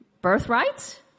birthright